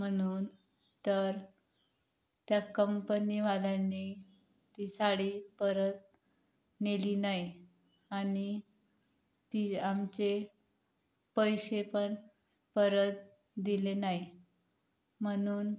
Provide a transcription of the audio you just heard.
म्हणून तर त्या कंपनीवाल्यांनी ती साडी परत नेली नाही आणि ती आमचे पैसे पण परत दिले नाही म्हणून